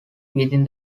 within